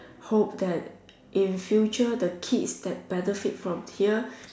hope that in future the kids that benefit from here